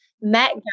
met